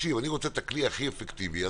אני רוצה את הכלי הכי אפקטיבי,